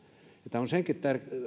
tämä on senkin